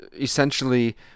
Essentially